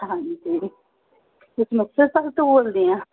ਹਾਂਜੀ ਤੁਸੀਂ ਮੁਕਤਸਰ ਸਾਹਿਬ ਤੋਂ ਬੋਲਦੇ ਆ